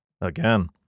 Again